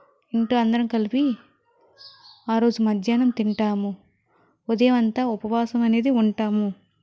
ఇంట్లో అందరము కలిపి ఆరోజు మధ్యాహ్నం తింటాము ఉదయం అంతా ఉపవాసం అనేది ఉంటాము